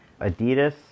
Adidas